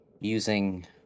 using